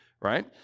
right